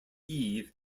eve